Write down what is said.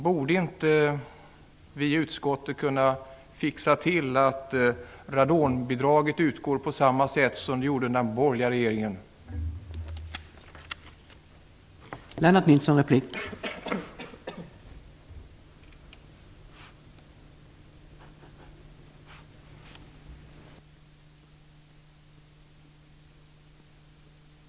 Borde vi inte i utskottet kunna se till att radonbidraget utgår på samma sätt som det gjorde under den borgerliga regeringens tid?